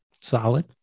solid